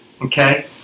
Okay